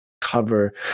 cover